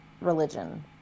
religion